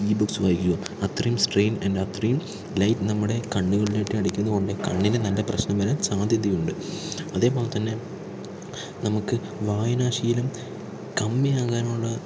ഈ ബുക്സ് വായിക്കുക അത്രയും സ്ട്രെയിൻ ആൻഡ് അത്രയും ലൈറ്റ് നമ്മുടെ കണ്ണുകളിലോട്ട് അടിക്കുന്നതുകൊണ്ട് കണ്ണിന് നല്ല പ്രശ്നം വരാൻ സാധ്യതയുണ്ട് അതേപോലെത്തന്നെ നമുക്ക് വായനാശീലം കമ്മിയാകാനുള്ള